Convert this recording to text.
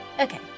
Okay